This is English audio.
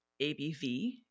ABV